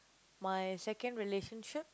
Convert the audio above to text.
my second relationship